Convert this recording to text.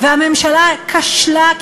ובמקום לכבד אותם, אדוני ראש הממשלה,